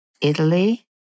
Italy